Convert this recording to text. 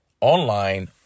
online